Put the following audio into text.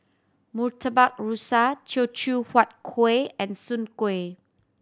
Murtabak Rusa Ceochew Huat Kuih and Soon Kuih